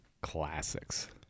Classics